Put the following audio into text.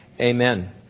Amen